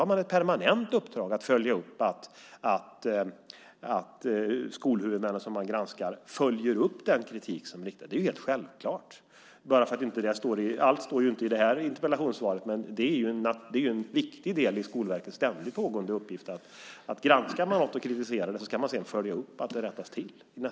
Man har ett permanent uppdrag att följa upp att skolhuvudmännen som man granskar följer upp den kritik som riktas. Det är helt självklart. Allt står inte i det här interpellationssvaret, men det är en viktig del i Skolverkets ständigt pågående uppgift. Granskar man något och kritiserar det, ska man nästa gång man granskar följa upp att det rättats till.